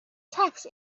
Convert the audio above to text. text